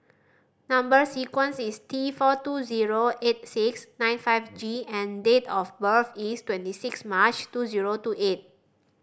number sequence is T four two zero eight six nine five G and date of birth is twenty six March two zero two eight